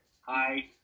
Hi